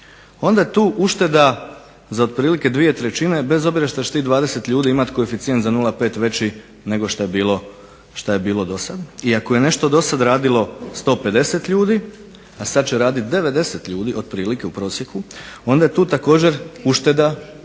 onda je tu ušteda za otprilike 2/3 bez obzira što će tih 20 ljudi imati koeficijent za 0,5 veći nego što je bilo dosad. I ako je nešto dosad radilo 150 ljudi, a sad će radit 90 ljudi otprilike, u prosjeku, onda je tu također ušteda,